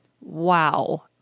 Wow